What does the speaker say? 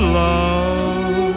love